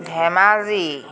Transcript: Dhemaji